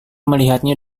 melihatnya